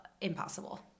impossible